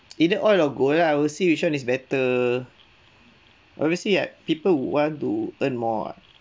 either oil or gold lah I will see which one is better obviously like people would want to earn more [what]